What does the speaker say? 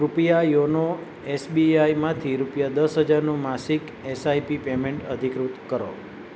કૃપયા યોનો એસબીઆઈમાંથી રૂપિયા દસ હજારનું માસિક એસઆઇપી પેમેંટ અધિકૃત કરો